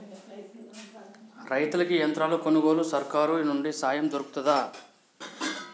రైతులకి యంత్రాలు కొనుగోలుకు సర్కారు నుండి సాయం దొరుకుతదా?